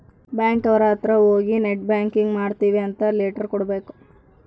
bank ಅವ್ರ ಅತ್ರ ಹೋಗಿ ನೆಟ್ ಬ್ಯಾಂಕಿಂಗ್ ಮಾಡ್ತೀವಿ ಅಂತ ಲೆಟರ್ ಕೊಡ್ಬೇಕು